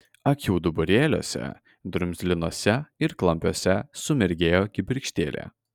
akių duburėliuose drumzlinuose ir klampiuose sumirgėjo kibirkštėlė